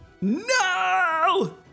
No